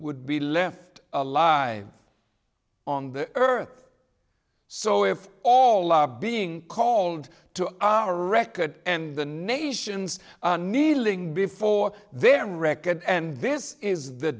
would be left alive on the earth so if all our being called to our record and the nations kneeling before their record and this is the